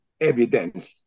evidence